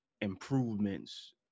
improvements